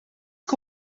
que